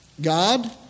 God